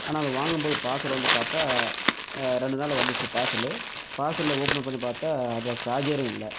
ஆனால் அதை வாங்கும்போது பார்சலை வந்து பார்த்தா ரெண்டு நாள்ல வந்துடுச்சு பார்சலு பார்சலை ஓப்பன் பண்ணி பார்த்தா அதில் சார்ஜரே இல்லை